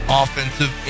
offensive